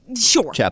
Sure